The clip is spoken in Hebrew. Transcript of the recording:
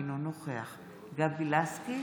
אינו נוכח גבי לסקי,